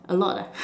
a lot